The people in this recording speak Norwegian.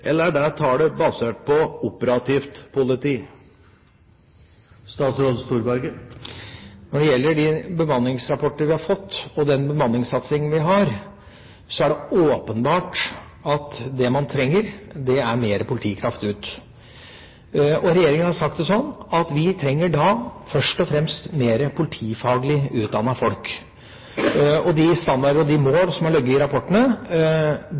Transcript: eller er det tallet basert på operativt politi? Når det gjelder de bemanningsrapportene vi har fått, og den bemanningssatsingen vi har, er det åpenbart at det man trenger, er mer politikraft ut. Og regjeringa har sagt det sånn at vi først og fremst trenger mer politifaglig utdannede folk. De standarder og mål som har ligget i rapportene,